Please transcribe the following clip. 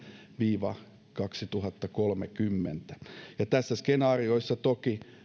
viiva kaksituhattakolmekymmentä tässä skenaariossa toki